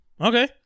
Okay